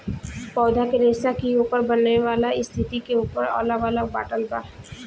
पौधा के रेसा के ओकर बनेवाला स्थिति के ऊपर अलग अलग बाटल बा